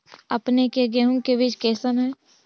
अपने के गेहूं के बीज कैसन है?